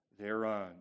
thereon